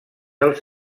als